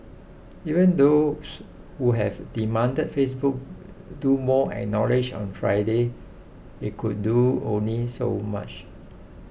even those who have demanded Facebook do more acknowledged on Friday it could do only so much